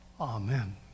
Amen